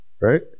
Right